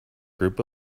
group